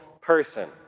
person